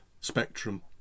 spectrum